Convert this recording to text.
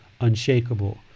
unshakable